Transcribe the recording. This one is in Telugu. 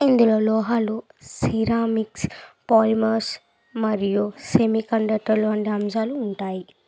ఇందులో లోహాలు సిరామిక్స్ పోలిమర్స్ మరియు సెమికండక్టర్లు వంటి అంశాలు ఉంటాయి